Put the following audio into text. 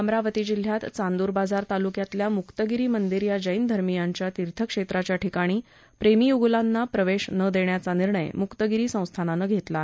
अमरावती जिल्ह्यात चांदुर बाजार तालुक्यातल्या मुक्तगिरी मंदिर या जैन धर्मीयांच्या तीर्थक्षेत्राच्या ठिकाणी प्रेमी युगुलांना प्रवेश न देण्याचा निर्णय मुक्तगिरी संस्थानानं घेतला आहे